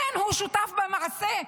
כן, הוא שותף במעשה.